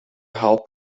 help